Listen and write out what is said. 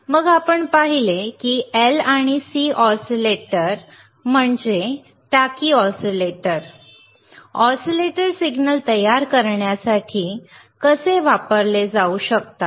मग आपण पाहिले की L आणि C ऑसिलेटर म्हणजे टाकी ऑसिलेटर ऑसिलेटरी सिग्नल तयार करण्यासाठी कसे वापरले जाऊ शकतात